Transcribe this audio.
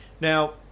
Now